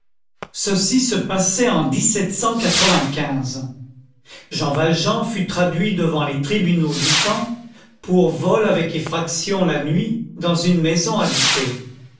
ceci se passait en jean valjean fut traduit devant les tribunaux du temps pour vol avec effraction la nuit dans une maison habitée